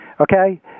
Okay